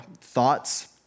thoughts